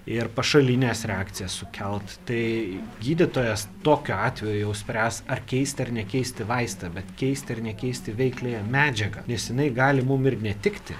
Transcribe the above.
ir pašalines reakcijas sukelti tai gydytojas tokiu atveju jau spręs ar keisti ar nekeisti vaistą bet keisti ar nekeisti veikliąją medžiagą nes jinai gali mum ir netikti